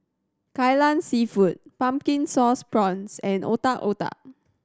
Kai Lan Seafood Pumpkin Sauce Prawns and Otak Otak